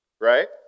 Right